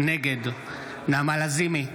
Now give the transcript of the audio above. נגד נעמה לזימי,